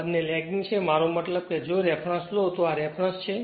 બંને લેગિંગ છે મારો મતલબ કે જો રેફેરન્સ લો તો આ રેફેરન્સ છે